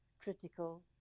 critical